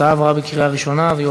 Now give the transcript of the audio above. התשע"ו 2015,